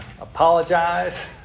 apologize